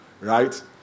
right